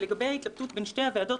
לגבי ההתלבטות בין שתי הוועדות,